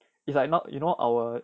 it's like not you know our